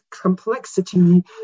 complexity